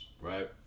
right